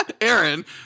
aaron